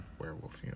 werewolf